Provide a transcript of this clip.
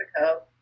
Mexico